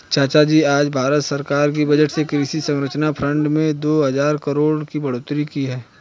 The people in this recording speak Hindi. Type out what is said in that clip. चाचाजी आज भारत सरकार ने बजट में कृषि अवसंरचना फंड में दो हजार करोड़ की बढ़ोतरी की है